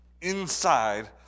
inside